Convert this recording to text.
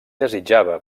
desitjava